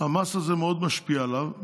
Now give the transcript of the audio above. המס הזה מאוד משפיע עליו.